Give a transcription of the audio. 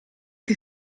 che